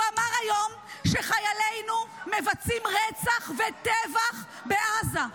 הוא אמר היום שחיילינו מבצעים רצח וטבח בעזה.